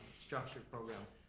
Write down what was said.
structured program,